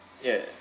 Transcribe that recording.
yeah